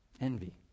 Envy